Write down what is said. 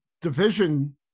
division